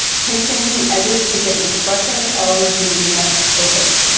pinching the edges to get an impression of the neck opening.